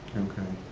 okay,